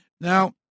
Now